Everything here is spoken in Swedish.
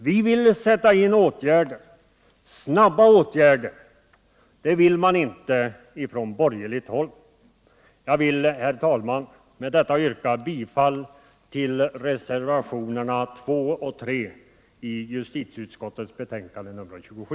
Vi vill sätta in åtgärder — snabba åtgärder. Det vill man inte från borgerligt håll. Med detta vill jag, herr talman, yrka bifall till reservationerna 2 och 3 i justitieutskottets betänkande nr 27.